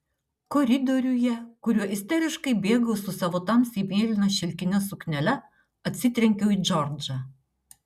koridoriuje kuriuo isteriškai bėgau su savo tamsiai mėlyna šilkine suknele atsitrenkiau į džordžą